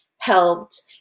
helped